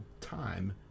time